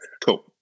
Cool